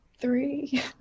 three